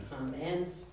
Amen